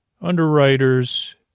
underwriters